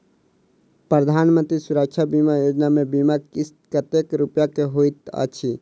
प्रधानमंत्री सुरक्षा बीमा योजना मे बीमा किस्त कतेक रूपया केँ होइत अछि?